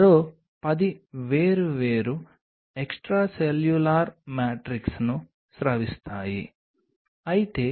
మరో 10 వేర్వేరు ఎక్స్ట్రాసెల్యులార్ మ్యాట్రిక్స్ను స్రవిస్తాయి అయితే